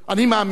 אני מאמין